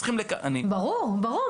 ברור, ברור.